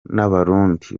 n’abarundi